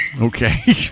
Okay